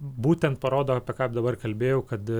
būtent parodo apie ką dabar kalbėjau kad